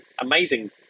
amazing